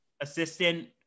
assistant